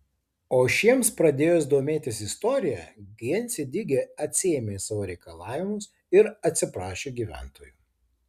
o šiems pradėjus domėtis istorija gjensidige atsiėmė savo reikalavimus ir atsiprašė gyventojų